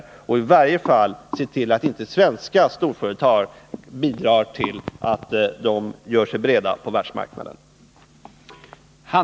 I varje fall hoppas jag att handelsministern ser till att inte svenska storföretag bidrar till att dessa gör sig breda på världsmarknaden.